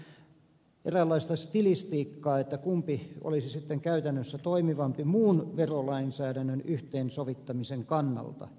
tämä on eräänlaista stilistiikkaa kumpi olisi sitten käytännössä toimivampi muun verolainsäädännön yhteensovittamisen kannalta